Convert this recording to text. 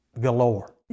galore